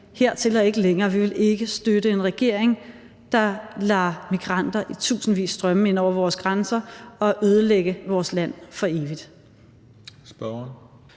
Hertil og ikke længere, vi vil ikke støtte en regering, der lader migranter i tusindvis strømme ind over vores grænser og ødelægge vores land for evigt.